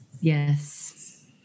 Yes